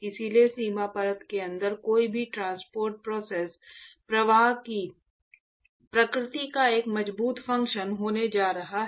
इसलिए सीमा परत के अंदर कोई भी ट्रांसपोर्ट प्रोसेस प्रवाह की प्रकृति का एक मजबूत फंक्शन होने जा रहा है